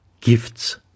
gifts